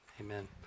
amen